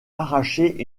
arracher